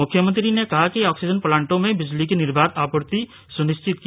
मुख्यमंत्री ने कहा कि ऑक्सीजन प्लांटों में बिजली की निर्बाध आपूर्ति हो